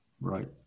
Right